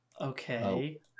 Okay